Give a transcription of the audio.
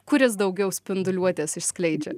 kuris daugiau spinduliuotės išskleidžia